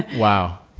wow.